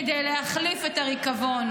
כדי להחליף את הריקבון.